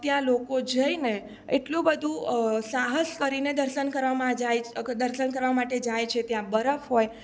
ત્યાં લોકો જઈને એટલું બધુ સાહસ કરીને દર્શન કરવામાં જાય દર્શન કરવા માટે જાય છે ત્યાં બરફ હોય